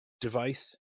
device